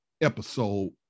episode